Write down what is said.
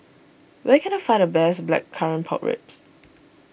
where can I find the best Blackcurrant Pork Ribs